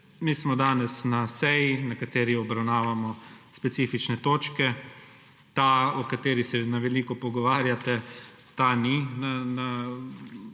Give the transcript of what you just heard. mi smo danes na seji, na kateri obravnavamo specifične točke. Ta, o kateri se na veliko pogovarjate, ta ni